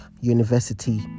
University